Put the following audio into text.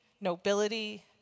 nobility